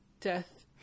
death